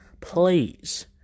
please